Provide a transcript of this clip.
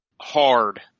hard